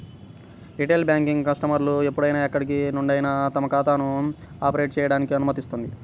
retail banking కస్టమర్లు ఎప్పుడైనా ఎక్కడి నుండైనా తమ ఖాతాలను ఆపరేట్ చేయడానికి అనుమతిస్తుంది